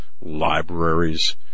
libraries